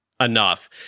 enough